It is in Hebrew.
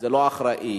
זה ברור לי,